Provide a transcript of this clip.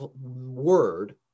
word